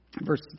Verse